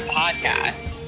podcast